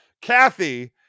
Kathy